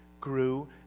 grew